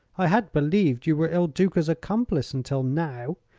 i had believed you were il duca's accomplice, until now.